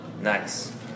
Nice